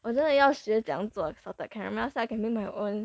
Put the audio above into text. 我真的要学怎样做 salted caramel so I can make my own